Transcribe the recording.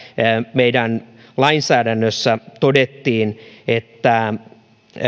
meidän lainsäädännössämme todettiin että